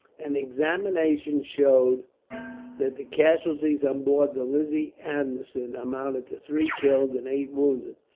an examination showed that the casualties on board the lizzie anderson amounted to three killed and eight wounded.